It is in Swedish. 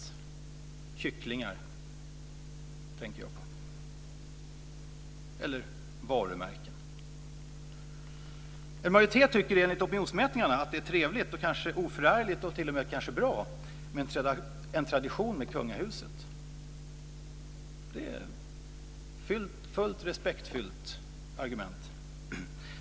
Jag tänker på kycklingar, eller varumärken. En majoritet tycker enligt opinionsmätningarna att det är trevligt, oförargligt och kanske t.o.m. bra med en tradition som kungahuset. Det är ett helt respektfullt argument.